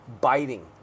biting